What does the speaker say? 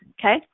Okay